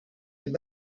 had